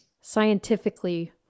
scientifically